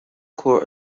court